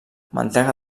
mantega